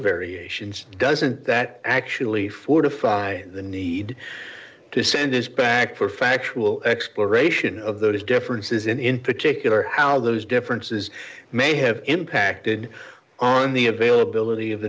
variations doesn't that actually fortifies the need to send this back for factual exploration of those differences and in particular how those differences may have impacted on the availability of